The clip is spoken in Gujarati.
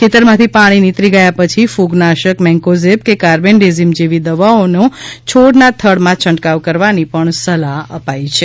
ખેતરમાંથી પાણી નીતરી ગયા પછી કુગનાશક મેન્કોઝેબ કે કાર્બેન્ડેઝીમ જેવી દવાઓનો છોડના થડમાં છંટકાવ કરવાની સલાહ પણ અપાઈ છે